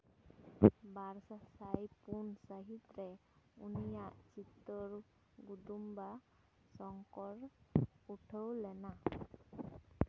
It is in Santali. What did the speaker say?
ᱵᱟᱨ ᱥᱟᱼᱥᱟᱭ ᱯᱩᱱ ᱥᱟᱹᱦᱤᱛ ᱨᱮ ᱩᱱᱤᱭᱟᱜ ᱪᱤᱛᱟᱹᱨ ᱜᱩᱫᱩᱢᱵᱟ ᱥᱚᱝᱠᱚᱨ ᱩᱰᱷᱟᱹᱣ ᱞᱮᱱᱟ